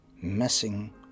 messing